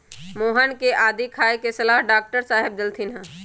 मोहन के आदी खाए के सलाह डॉक्टर साहेब देलथिन ह